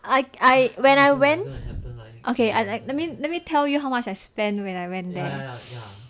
I I when I went okay let me let me tell you how much I spend when I went there